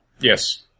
Yes